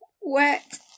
wet